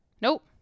Nope